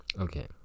okay